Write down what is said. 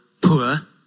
poor